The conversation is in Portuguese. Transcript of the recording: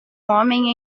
homem